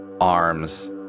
arms